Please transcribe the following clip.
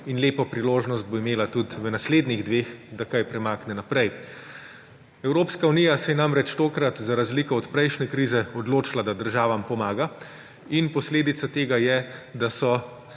in lepo priložnost bo imela tudi v naslednjih dveh, da kaj premakne naprej. Evropska unija si je namreč tokrat ,za razliko od prejšnje krize, odločila, da državam pomaga in posledica tega je, da so